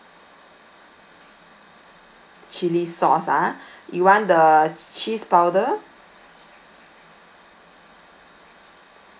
chilli sauce ah you want the cheese powder